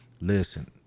Listen